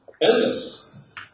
endless